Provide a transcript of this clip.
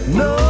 no